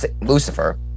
lucifer